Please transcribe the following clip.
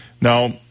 Now